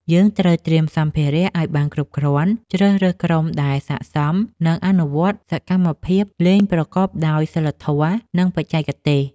យើងត្រូវត្រៀមសម្ភារៈឱ្យបានគ្រប់គ្រាន់ ជ្រើសរើសក្រុមដែលស័ក្តិសម និងអនុវត្តសកម្មភាពលេងប្រកបដោយសីលធម៌ និងបច្ចេកទេស។